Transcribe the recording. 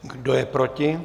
Kdo je proti?